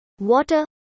water